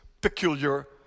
peculiar